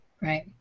Right